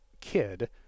kid